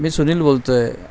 मी सुनील बोलतो आहे